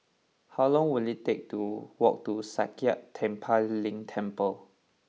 how long will it take to walk to Sakya Tenphel Ling Temple